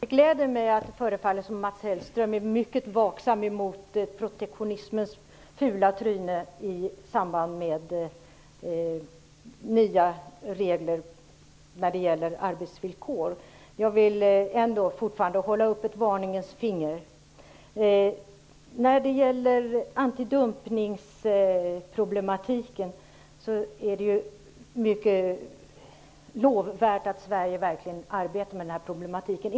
Fru talman! Det gläder mig att Mats Hellström förefaller vara mycket vaksam mot protektionismens fula tryne i samband med nya regler när det gäller arbetsvillkor. Men jag vill ändå fortfarande hålla upp ett varningens finger. Det är mycket lovvärt att Sverige arbetar med antidumpningsproblematiken.